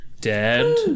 dead